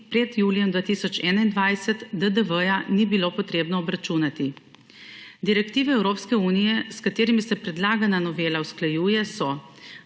pred julijem 2021 DDV ni bilo potrebno obračunati. Direktive Evropske unije, s katerimi se predlagana novela usklajuje, so